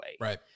Right